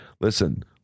Listen